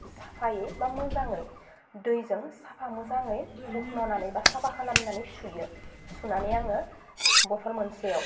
साफायै बा मोजाङै दैजों साफा मोजाङै हुखन'नानै बा साफा खालामनानै सुयो सुनानै आङो बटल मोनसेयाव